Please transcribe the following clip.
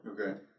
Okay